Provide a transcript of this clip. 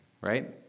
right